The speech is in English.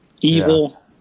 Evil